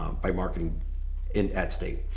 by marketing and at state.